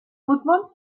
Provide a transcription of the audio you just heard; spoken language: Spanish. fútbol